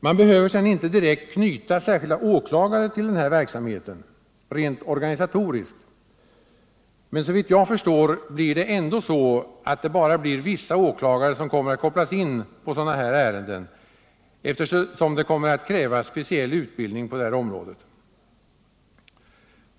Man behöver sedan inte direkt knyta särskilda åklagare till den här verksamheten rent organisatoriskt, men såvitt jag förstår blir det ändå bara vissa åklagare som kommer att kopplas in på sådana ärenden, eftersom det kommer att krävas speciell utbildning på området.